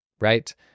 right